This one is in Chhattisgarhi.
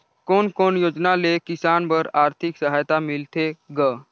कोन कोन योजना ले किसान बर आरथिक सहायता मिलथे ग?